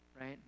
right